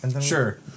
Sure